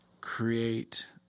create